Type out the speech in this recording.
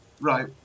Right